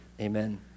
amen